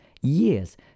years